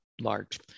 large